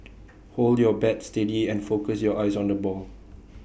hold your bat steady and focus your eyes on the ball